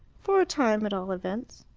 for a time, at all events.